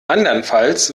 andernfalls